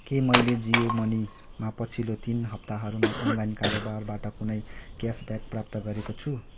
के मैले जियो मनीमा पछिल्लो तिन हप्ताहरूमा अनलाइन कारोबारबाट कुनै क्यासब्याक प्राप्त गरेको छु